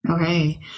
Okay